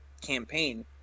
campaign